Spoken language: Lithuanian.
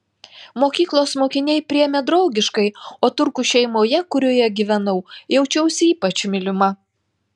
mokyklos mokiniai priėmė draugiškai o turkų šeimoje kurioje gyvenau jaučiausi ypač mylima